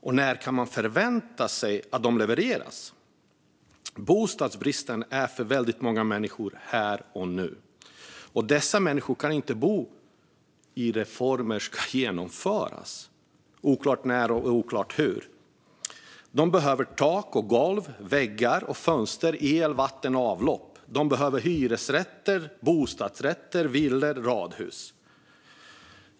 Och när kan man förvänta sig att de levereras? Bostadsbristen är för många människor något verkligt här och nu. Dessa människor kan inte bo i reformer som ska genomföras. Det är dessutom oklart när och hur dessa reformer ska genomföras. Människor behöver tak, golv, väggar, fönster, el, vatten och avlopp. De behöver hyresrätter, bostadsrätter, villor och radhus.